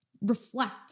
reflect